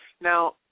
Now